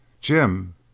Jim